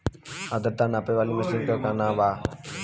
आद्रता नापे वाली मशीन क का नाव बा?